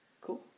Cool